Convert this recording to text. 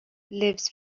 lives